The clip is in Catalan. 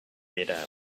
era